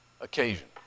occasion